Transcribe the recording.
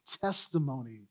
testimony